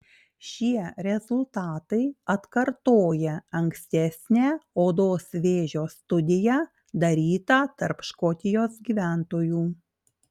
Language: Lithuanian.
šie rezultatai atkartoja ankstesnę odos vėžio studiją darytą tarp škotijos gyventojų